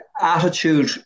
attitude